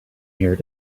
here